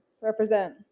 Represent